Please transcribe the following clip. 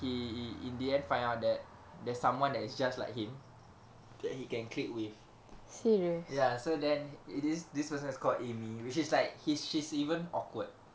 he in the end find out that there's someone that is just like him that he can click with ya so then it is this person is called amy which is like he's she's even awkward